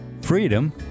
freedom